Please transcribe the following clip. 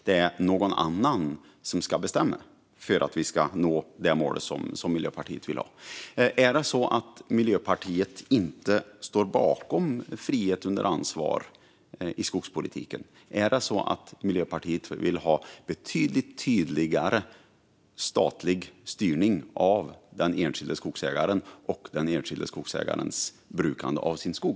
Det är någon annan som ska bestämma för att vi ska nå det mål som Miljöpartiet vill ha. Är det så att Miljöpartiet inte står bakom frihet under ansvar i skogspolitiken? Är det så att Miljöpartiet vill ha betydligt tydligare statlig styrning av den enskilde skogsägaren och dennes brukande av sin skog?